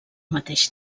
mateix